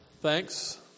thanks